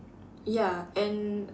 ya and